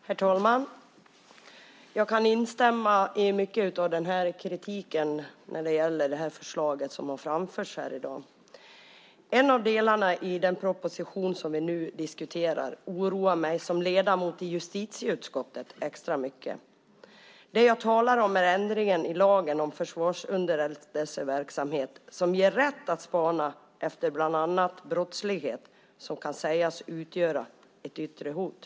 Herr talman! Jag kan instämma i mycket av kritiken när det gäller det förslag som har framförts här i dag. En av delarna i den proposition som vi nu diskuterar oroar mig som ledamot i justitieutskottet extra mycket. Det jag talar om är ändringen i lagen om försvarsunderrättelseverksamhet som ger rätt att spana efter bland annat brottslighet som kan sägas utgöra ett yttre hot.